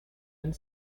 and